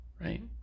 right